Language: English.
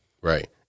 right